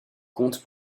compte